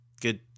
good